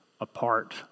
apart